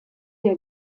der